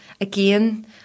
again